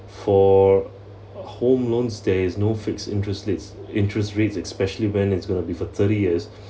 for home loans there is no fixed interest rates interest rates especially when it's going to be for thirty years